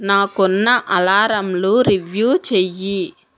నాకున్న అలారంలు రివ్యూ చెయ్యి